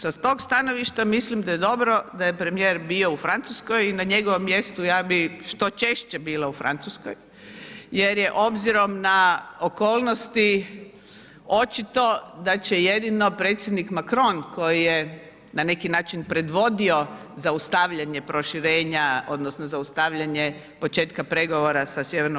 Sa tog stanovišta mislim da je dobro da je premijer bio u Francuskoj i na njegovu mjestu ja bi što češće bila u Francuskoj jer je obzirom na okolnosti očito da će jedino predsjednik Macron koji je na neki način predvodio zaustavljanje proširenja odnosno zaustavljanje početka pregovora sa Sj.